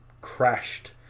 crashed